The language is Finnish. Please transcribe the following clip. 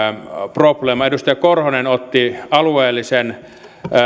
probleeman edustaja korhonen otti alueellisen